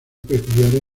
peculiares